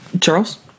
charles